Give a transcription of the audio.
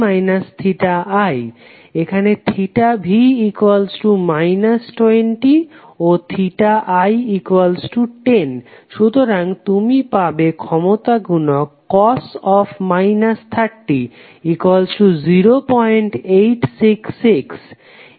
এখানে v 20 ও i10 সুতরাং তুমি পাবে ক্ষমতা গুনক cos 30 0866